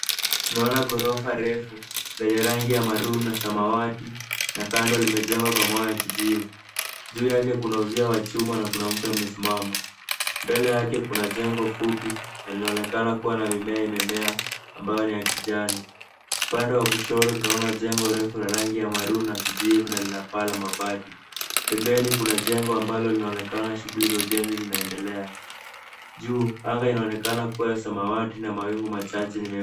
ayaona majengo marefu yenye rangi ya buluu na samawati, kando yake kuna jengo lenye mawaya ya kijivu. Juu yake kuna paa la chuma na mtu mmoja amesimama. Mbele yake kuna jengo dogo lililoonekana kuwa na mimea ya kijani. Upande wa kushoto tunaona jengo refu lenye rangi ya buluu na kijivu